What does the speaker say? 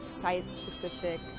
site-specific